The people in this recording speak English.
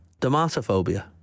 Dermatophobia